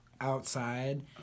outside